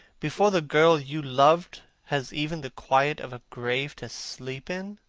before the girl you loved has even the quiet of a grave to sleep in?